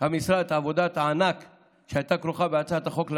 המשרד את עבודת הענק שהייתה כרוכה בהצעת החוק,